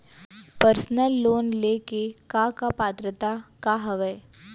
Personal loan ले के का का पात्रता का हवय?